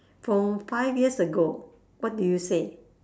from five years ago what do you say